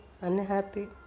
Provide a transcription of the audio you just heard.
unhappy